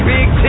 Big